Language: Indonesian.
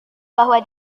bahwa